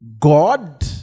God